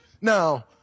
Now